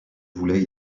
voulait